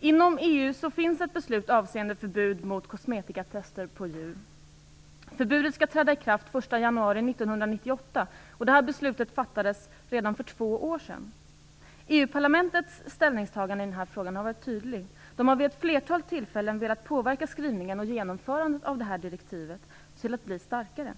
Inom EU finns det ett beslut avseende förbud mot kosmetikatest på djur. Förbudet skall träda i kraft den 1 januari 1998, och det här beslutet fattades redan för två år sedan. EU-parlamentets ställningstagande i frågan har varit tydligt. Man har vid ett flertal tillfällen velat påverka skrivningen och genomförandet av direktivet så att det blir starkare.